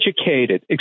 Educated